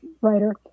writer